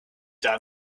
done